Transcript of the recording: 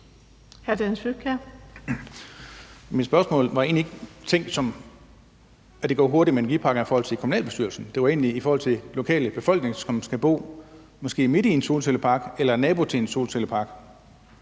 Mit spørgsmål var egentlig ikke tænkt sådan, om det går hurtigt med energiparkerne i forhold til kommunalbestyrelsen, men det drejede sig egentlig om den lokale befolkning, som måske skal bo midt i en solcellepark eller være nabo til en solcellepark.